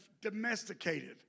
domesticated